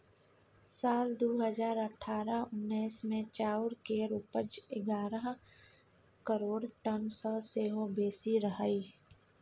साल दु हजार अठारह उन्नैस मे चाउर केर उपज एगारह करोड़ टन सँ सेहो बेसी रहइ